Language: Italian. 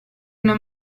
non